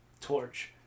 torch